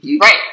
Right